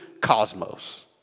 cosmos